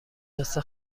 مثل